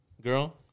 girl